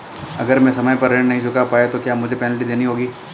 अगर मैं समय पर ऋण नहीं चुका पाया तो क्या मुझे पेनल्टी देनी होगी?